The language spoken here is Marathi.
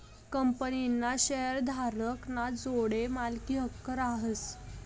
कंपनीना शेअरधारक ना जोडे मालकी हक्क रहास